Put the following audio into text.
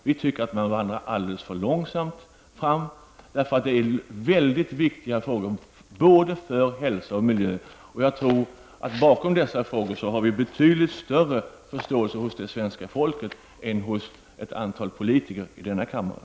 Vi tycker att man går alldeles för långsamt fram. Detta är mycket viktiga frågor, både för hälsa och miljö. Jag tror att vi när det gäller dessa frågor har betydligt större förståelse hos det svenska folket än hos ett antal politiker i denna kammare.